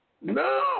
No